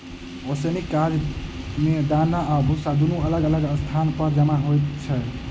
ओसौनीक काज मे दाना आ भुस्सा दुनू अलग अलग स्थान पर जमा होइत रहैत छै